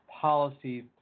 policy